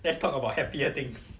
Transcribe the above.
let's talk about happier things